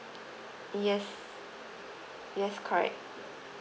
yes yes correct